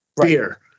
beer